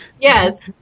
Yes